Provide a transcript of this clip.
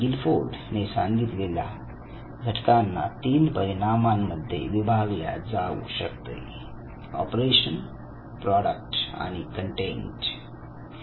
Guilford नी सांगितलेल्या घटकांना 3 परिमाणामध्ये विभागल्या जाऊ शकते ऑपरेशन प्रॉडक्ट आणि content operation product and content